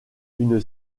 une